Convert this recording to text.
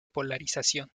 polarización